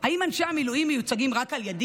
האם אנשי המילואים מיוצגים רק על ידי?